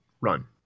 run